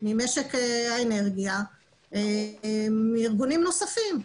ממשק האנרגיה וארגונים נוספים.